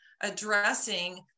addressing